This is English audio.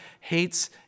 hates